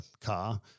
car